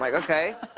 like okay.